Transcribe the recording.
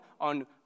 on